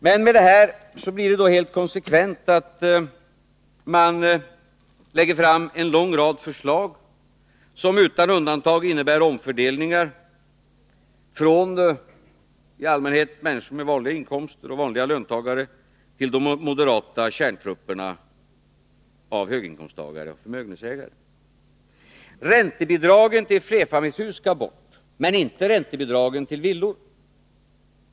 Men med det här blir det helt konsekvent att man lägger fram en lång rad förslag som utan undantag innebär omfördelningar från människor med vanliga inkomster och från vanliga löntagare till de moderata kärntrupperna av höginkomsttagare och förmögenhetsägare. Räntebidragen till flerfamiljshus skall bort men inte räntebidragen till villor.